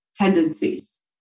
Tendencies